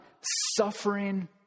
suffering